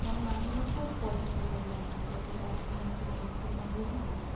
যেমন আমিও খুব পছন্দ করি আনন্দ করতে কারণ আমি একজন পশ্চিমবঙ্গেরই মানুষ